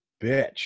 bitch